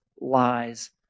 lies